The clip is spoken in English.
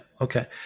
Okay